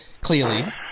clearly